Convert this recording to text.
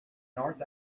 north